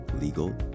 legal